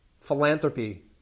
philanthropy